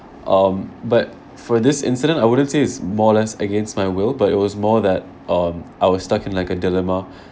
um but for this incident I wouldn't say it's more less against my will but it was more that um I was stuck in like a dilemma